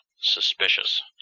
suspicious